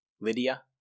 Lydia